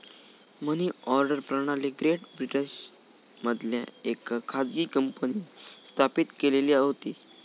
मनी order प्रणाली great ब्रिटनमधल्या येका खाजगी कंपनींन स्थापित केलेली होती